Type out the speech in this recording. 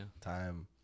time